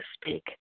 speak